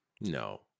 No